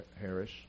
Harris